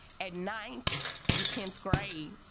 at ninth and tenth grade